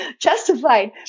justified